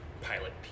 Pilot